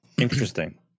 interesting